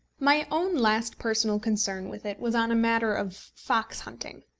my own last personal concern with it was on a matter of fox-hunting.